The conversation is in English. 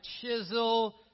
chisel